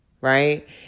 right